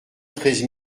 treize